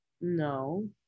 No